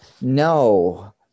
No